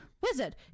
Wizard